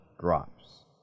drops